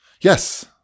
Yes